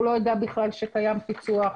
הוא לא יודע בכלל שקיים פיצו"ח,